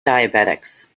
diabetics